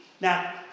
Now